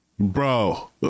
Bro